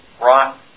brought